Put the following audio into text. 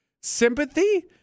Sympathy